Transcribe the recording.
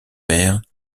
père